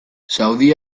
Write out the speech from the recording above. saudi